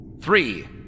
Three